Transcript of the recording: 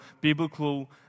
biblical